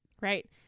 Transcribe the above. Right